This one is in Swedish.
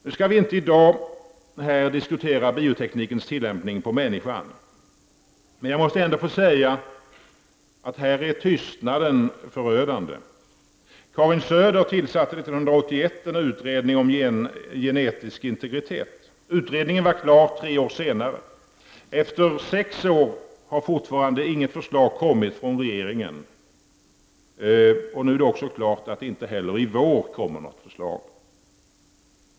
Vi skall inte i dag diskutera bioteknikens tillämpning på människan. Men jag måste ändå säga att tystnaden här är förödande. Karin Söder tillsatte år 1981 en utredning om genetisk integritet. Utredningen var klar tre år senare. Efter sex år har fortfarande inget förslag kommit från regeringen, och nu är det också klart att det inte heller i vår kommer något förslag.